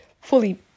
fully